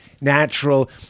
natural